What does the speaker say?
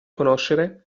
conoscere